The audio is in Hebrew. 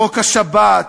חוק השבת,